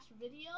video